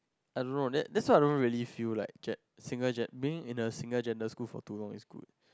I don't know that that's why I don't really feel like like single gen~ being in a single gender school for too long is good